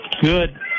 Good